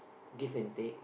give and take